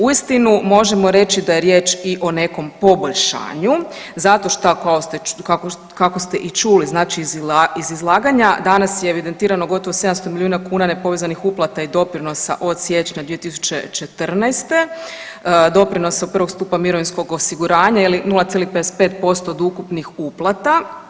Uistinu možemo reći da je riječ i o nekom poboljšanju zato šta, kako ste i čuli znači iz izlaganja, danas je evidentirano gotovo 700 milijuna kuna nepovezanih uplata i doprinosa od siječnja 2014., doprinosa prvog stupa mirovinskog osiguranja ili 0,55% od ukupnih uplata.